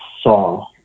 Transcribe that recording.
saw